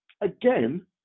again